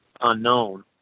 unknown